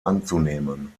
anzunehmen